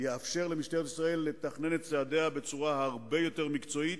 זה יאפשר למשטרת ישראל לתכנן את צעדיה בצורה הרבה יותר מקצועית,